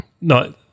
no